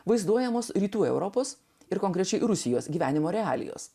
vaizduojamos rytų europos ir konkrečiai rusijos gyvenimo realijos